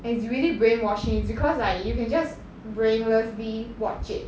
and it's really brainwashing is because like you can just brainlessly watch it